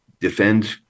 defend